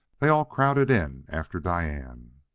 they all crowded in after diane.